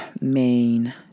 main